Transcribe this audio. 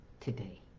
today